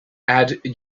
add